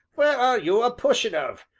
where are you a-pushing of?